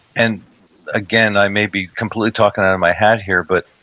and again, i may be completely talking out of my hat here, but,